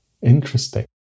Interesting